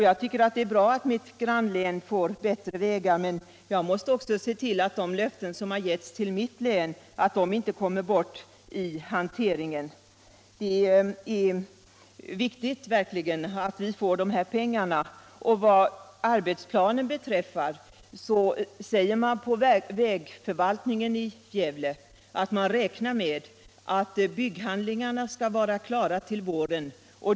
Jag tycker det är bra att mitt grannlän får bättre vägar, men jag måste också se till att de löften som har givits mitt län inte kommer bort i hanteringen. Det är verkligen viktigt att vi får dessa pengar. Vad arbetsplanen beträffar säger man på vägförvaltningen i Gävle att man räknar med att bygghandlingarna skall vara klara till våren.